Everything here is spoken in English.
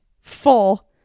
full